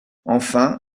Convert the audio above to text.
enfin